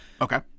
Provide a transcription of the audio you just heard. Okay